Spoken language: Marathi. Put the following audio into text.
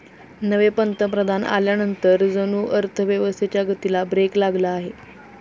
नवे पंतप्रधान आल्यानंतर जणू अर्थव्यवस्थेच्या गतीला ब्रेक लागला आहे